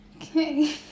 okay